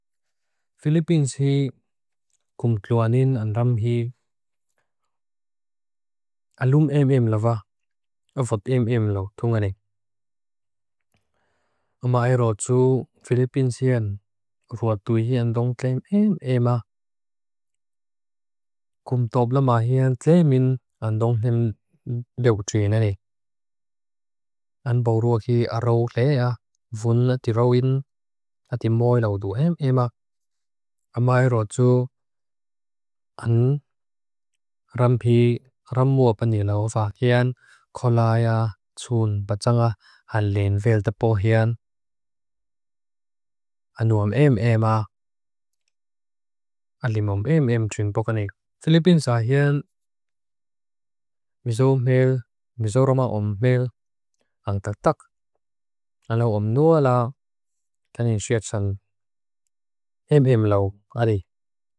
Filippines hi kum tloanin an ram hi alum em em la va, avat em em lo, thongani. Amae rotu, Filippines hi an ruatui hi an dong klem em ema, kum topla ma hi an tse min an dong klem leukutri nani. An borua hi araw lea, vun atirawin atimoy lau du em ema. Amae rotu, an rampi ramuapani lau va, hi an kolaya tun patanga halen veldapo hi an anuom em ema, alimom em em tun pokanik. Filippines hi an miso meil, miso roma om meil, ang tatak. An lau om nua la kanin siatsan em em lau adi.